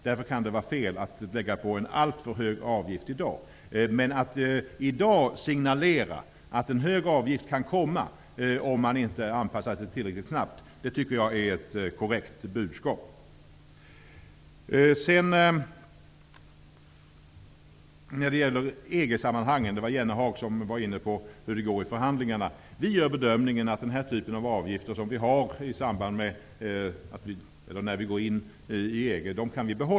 Därför kan det vara fel att lägga på en alltför hög avgift i dag. Men att signalera att en hög avgift kan komma om man inte anpassar sig tillräckligt snabbt är ett korrekt budskap. Jan Jennehag var inne på hur det går i EG förhandlingarna. Vi gör den bedömningen att vi kan behålla den typ av avgifter som vi har när vi går in i EG.